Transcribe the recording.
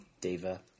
Diva